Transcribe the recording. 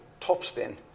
topspin